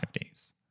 days